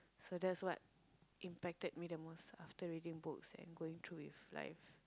so that's what impacted me the most after reading books and going through with life